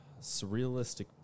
Surrealistic